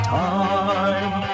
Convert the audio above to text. time